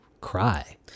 cry